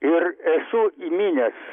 ir esu įminęs